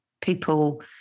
people